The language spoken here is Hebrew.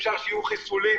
אי אפשר שיהיו חיסולים.